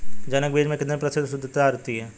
जनक बीज में कितने प्रतिशत शुद्धता रहती है?